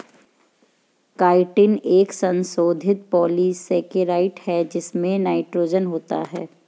chitin एक संशोधित polysaccharide है जिसमें नाइट्रोजन होता है